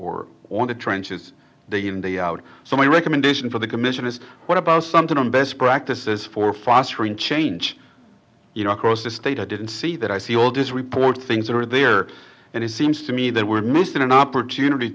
or on the trenches they get in day out so my recommendation for the commission is what about something on best practices for fostering change you know across the state i didn't see that i see all this report things that are there and it seems to me that we're missing an opportunity